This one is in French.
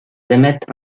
émettent